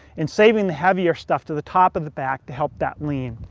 and saving the heavier stuff to the top of the pack to help that lean.